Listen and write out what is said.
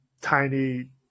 Tiny